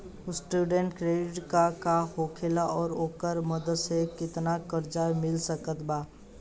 Student credit card का होखेला और ओकरा मदद से केतना कर्जा मिल सकत बा?